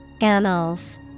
Annals